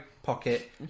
Pocket